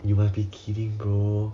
you must be kidding bro